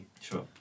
Sure